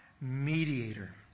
mediator